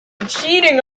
cheating